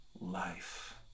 life